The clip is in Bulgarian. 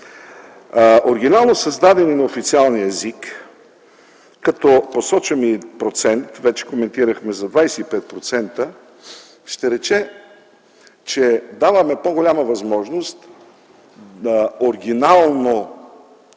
„Оригинално създадени на официалния език” - като посочваме и процент, вече коментирахме за 25%, ще рече, че даваме по-голяма възможност на „оригинално